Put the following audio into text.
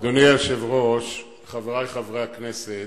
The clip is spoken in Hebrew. אדוני היושב-ראש, חברי חברי הכנסת,